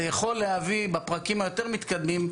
זה יכול להביא בפרקים היותר מתקדמים,